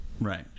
Right